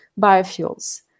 biofuels